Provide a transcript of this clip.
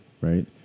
right